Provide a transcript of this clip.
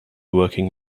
working